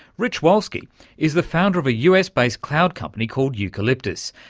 rich wolsky is the founder of a us-based cloud company called eucalyptus,